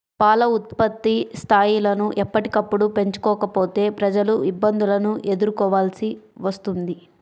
పాల ఉత్పత్తి స్థాయిలను ఎప్పటికప్పుడు పెంచుకోకపోతే ప్రజలు ఇబ్బందులను ఎదుర్కోవలసి వస్తుంది